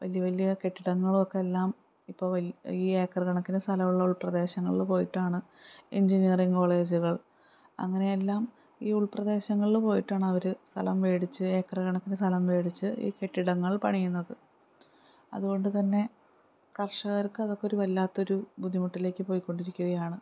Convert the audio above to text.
വലിയ വലിയ കെട്ടിടങ്ങളുമൊക്കെ എല്ലാം ഇപ്പോൾ ഈ ഏക്കറുകണക്കിന് സ്ഥലമുള്ള ഉൾപ്രദേശങ്ങളിൽ പോയിട്ടാണ് എഞ്ചിനിയറിംഗ് കോളേജുകൾ അങ്ങനെയെല്ലാം ഈ ഉൾപ്രദേശങ്ങളിൽ പോയിട്ടാണ് അവർ സ്ഥലം മേടിച്ച് ഏക്കറുകണക്കിന് സ്ഥലം മേടിച്ച് ഈ കെട്ടിടങ്ങൾ പണിയുന്നത് അതുകൊണ്ടുതന്നെ കർഷകർക്ക് അതൊക്കെയൊരു വല്ലാത്തൊരു ബുദ്ധിമുട്ടിലേക്ക് പോയിക്കൊണ്ടിരിക്കുകയാണ്